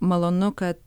malonu kad